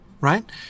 right